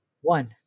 one